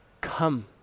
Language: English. come